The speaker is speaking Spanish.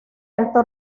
alto